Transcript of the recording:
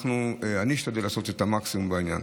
אני אשתדל לעשות את המקסימום בעניין.